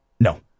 No